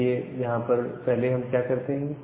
देखिए यहां पर पहले हम क्या कर रहे हैं